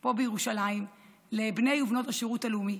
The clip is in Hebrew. פה בירושלים לבני ובנות השירות הלאומי,